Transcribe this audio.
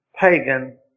pagan